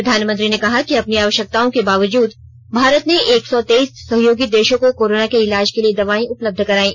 प्रधानमंत्री ने कहा कि अपने आवश्यकताओं के बावजूद भारत ने एक सौ तेइस सहयोगी देशों को कोरोना के इलाज के लिए दवाएं उपलब्ध करायी